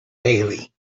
bailey